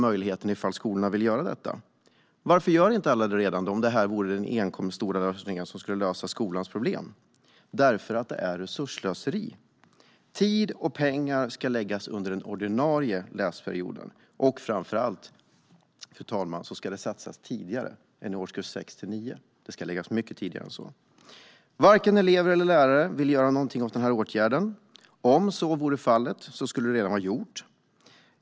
Möjlighet till lovskola finns redan i dag. Varför har inte alla skolor det då om det är den stora lösningen på skolans problem? För att det är resursslöseri. Tid och pengar ska läggas under den ordinarie läsperioden, och framför allt ska det satsas mycket tidigare än under årskurs 6-9. Varken elever eller lärare vill vidta denna åtgärd. Om de hade velat de skulle den redan ha vidtagits.